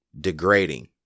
degrading